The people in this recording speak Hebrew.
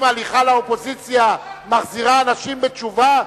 הליכה לאופוזיציה מחזירה אנשים בתשובה,